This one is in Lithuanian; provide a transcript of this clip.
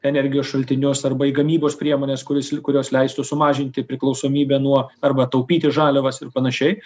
energijos šaltinius arba į gamybos priemones kuris kurios leistų sumažinti priklausomybę nuo arba taupyti žaliavas ir panašiai